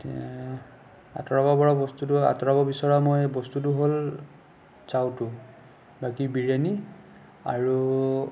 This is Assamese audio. আঁতৰাব পৰা বস্তুটো আঁতৰাব বিচৰা মই বস্তুটো হ'ল চাউটো বাকী বিৰিয়ানী আৰু